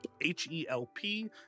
H-E-L-P